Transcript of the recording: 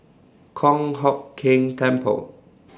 Kong Hock Keng Temple